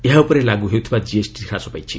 ଏହା ଉପରେ ଲାଗୁ ହେଉଥିବା ଜିଏସଟି ହ୍ରାସ ପାଇଛି